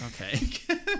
Okay